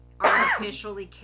artificially